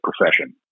profession